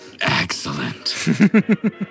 Excellent